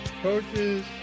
coaches